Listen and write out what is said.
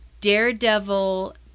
Daredevil